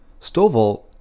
Stovall